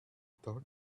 thought